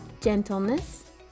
gentleness